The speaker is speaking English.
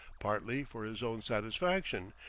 partly for his own satisfaction,